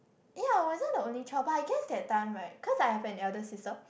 ya I wasn't an only child but I guess that time right cause I had an elder sister